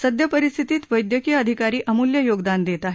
सद्यपरिस्थितीत वैद्यकीय अधिकारी अमूल्य योगदान देत आहेत